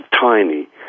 tiny